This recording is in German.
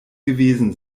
gewesen